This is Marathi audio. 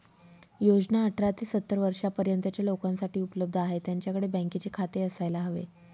योजना अठरा ते सत्तर वर्षा पर्यंतच्या लोकांसाठी उपलब्ध आहे, त्यांच्याकडे बँकेचे खाते असायला हवे